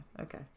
Okay